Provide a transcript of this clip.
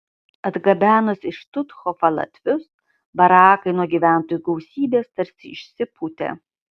atgabenus į štuthofą latvius barakai nuo gyventojų gausybės tarsi išsipūtė